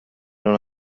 non